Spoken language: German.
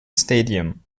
stadium